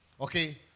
Okay